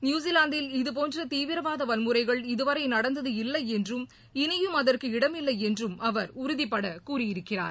நியூஸிலாந்தில் இதபோன்றதீவிரவாதவன்முறைகள் இதுவரைநடந்தது இல்லைஎன்றும் இளியும் அதற்கு இடமில்லைஎன்றும் அவர் உறுதிப்படகூறியிருக்கிறார்